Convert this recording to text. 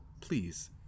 please